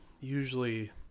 usually